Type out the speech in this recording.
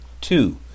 Two